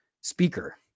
speaker